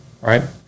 right